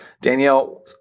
Danielle